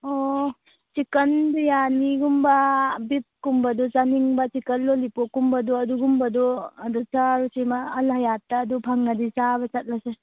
ꯑꯣ ꯆꯤꯛꯀꯟ ꯕꯤꯔꯌꯥꯅꯤꯒꯨꯝꯕ ꯕꯤꯐꯀꯨꯝꯕꯗꯨ ꯆꯥꯅꯤꯡꯕ ꯆꯤꯛꯀꯜ ꯂꯣꯂꯤꯄꯣꯞꯀꯨꯝꯕꯗꯣ ꯑꯗꯨꯒꯨꯝꯕꯗꯣ ꯑꯗꯨ ꯆꯥꯔꯨꯁꯤꯅ ꯑꯜ ꯍꯌꯥꯠꯇ ꯑꯗꯨ ꯐꯪꯉꯗꯤ ꯆꯥꯕ ꯆꯠꯂꯁꯦ